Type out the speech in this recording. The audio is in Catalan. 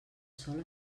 sol